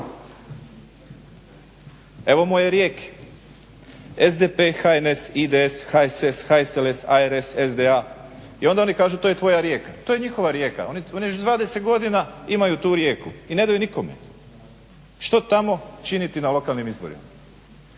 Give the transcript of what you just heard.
Evo moje Rijeke. SDP, HNS, IDS, HSS, HSLS, ARS, SDA i onda oni kažu to je tvoja Rijeka. To je njihova Rijeka. Oni već 20 godina imaju tu Rijeku i ne daju je nikome. Što tamo činiti na lokalnim izborima.